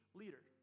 leader